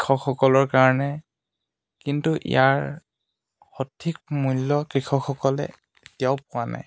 কৃষকসকলৰ কাৰণে কিন্তু ইয়াৰ সঠিক মূল্য কৃষকসকলে কেতিয়াও পোৱা নাই